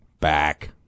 back